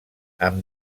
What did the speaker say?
amb